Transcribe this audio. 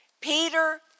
Peter